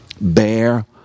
Bear